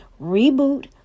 reboot